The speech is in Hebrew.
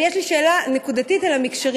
אבל יש לי שאלה נקודתית על המִקשרים.